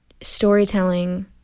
storytelling